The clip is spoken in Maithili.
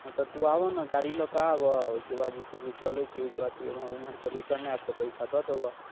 हँ तू आबऽ ने गाड़ी लऽ कऽ आबऽ ओहिके बाद जे छै से चलैत छी ओहिके बाद तू अयबे ओम्हर से रिटर्न आयब तऽ पैसा दऽ देब